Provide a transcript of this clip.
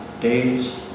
days